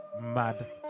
mad